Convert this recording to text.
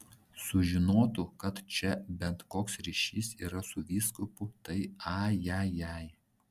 sužinotų kad čia bent koks ryšys yra su vyskupu tai ajajai